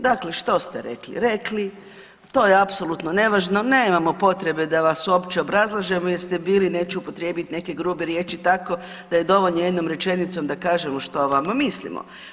Dakle, što ste rekli, rekli, to je apsolutno nevažno, nemamo potrebe da vas uopće obrazlažemo jer ste bili, neću upotrijebiti neke grube riječi, tako da je dovoljno jednom rečenicom da kažemo što o vama mislimo.